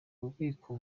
bubiko